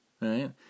Right